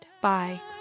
Bye